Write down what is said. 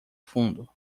fundo